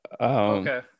Okay